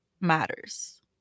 Matters